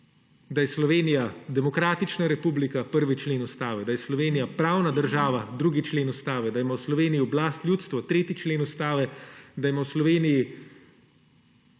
da je Slovenija demokratična republika – 1. člen Ustave; da je Slovenija pravna država – 2. člen Ustave; da ima v Sloveniji oblast ljudstvo – 3. člen Ustave; da ima v Sloveniji